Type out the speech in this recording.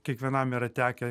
kiekvienam yra tekę